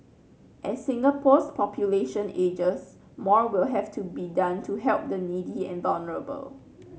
as Singapore's population ages more will have to be done to help the needy and vulnerable